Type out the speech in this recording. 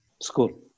school